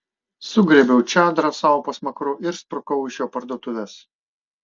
sugriebiau čadrą sau po smakru ir sprukau iš jo parduotuvės